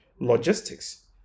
logistics